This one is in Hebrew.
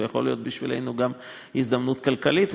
זאת יכולה להיות בשבילנו גם הזדמנות כלכלית.